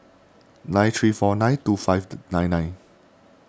nine three four three two five nine nine